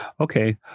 Okay